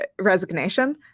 resignation